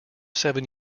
seven